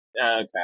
Okay